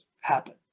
happen